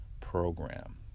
Program